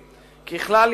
ככלל,